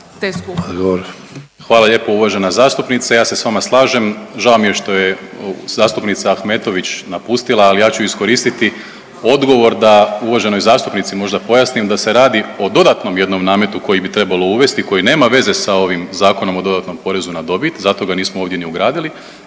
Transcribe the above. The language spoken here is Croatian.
Hvala lijepo uvažena zastupnice. Ja se s vama slažem, žao mi je što je zastupnica Ahmetović napustila, ali ja ću iskoristiti odgovor da uvaženoj zastupnici možda pojasnim da se radi o dodatnom jednom nametu koji bi trebalo uvesti koji nema veze sa onim Zakonom o dodatnom porezu na dobit, zato ga nismo ovdje ni ugradili